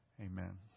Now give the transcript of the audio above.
Amen